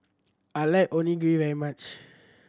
I like Onigiri very much